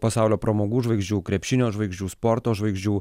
pasaulio pramogų žvaigždžių krepšinio žvaigždžių sporto žvaigždžių